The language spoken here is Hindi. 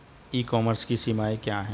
ई कॉमर्स की सीमाएं क्या हैं?